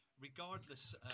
regardless